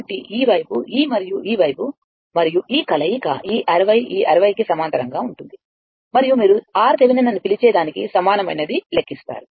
కాబట్టి ఈ వైపు ఈ మరియు ఈ వైపు మరియు ఈ కలయిక ఈ 60 ఈ 60 కి సమాంతరంగా ఉంటుంది మరియు మీరు RThevenin అని పిలిచే దానికి సమానమైనది లెక్కిస్తారు